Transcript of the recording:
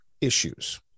issues